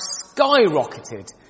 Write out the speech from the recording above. skyrocketed